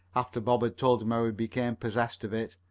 after bob had told him how he became possessed of it.